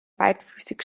beidfüßig